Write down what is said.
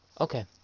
Okay